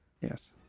yes